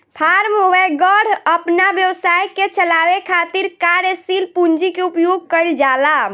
form वैगरह अपना व्यवसाय के चलावे खातिर कार्यशील पूंजी के उपयोग कईल जाला